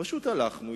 פשוט הלכנו,